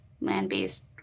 land-based